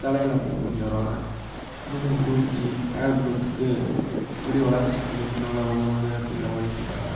தலையில் அப்ளே பண்ணி வருவாங்க அதுவும் குளிர்ச்சி ஹேர் குரோத்துக்கு முடி வளர்ச்சிக்கு கொஞ்சம் நல்லா உதவுது அப்படிங்கிற மாதிரி சொல்வாங்க